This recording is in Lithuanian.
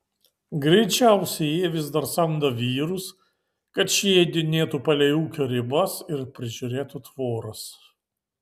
greičiausiai jie vis dar samdo vyrus kad šie jodinėtų palei ūkio ribas ir prižiūrėtų tvoras